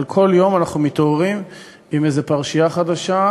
אבל כל יום אנחנו מתעוררים עם איזה פרשייה חדשה,